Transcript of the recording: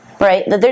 Right